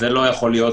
זה לא יכול להיות,